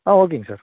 ஆ ஓகேங்க சார்